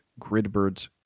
Gridbirds